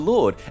Lord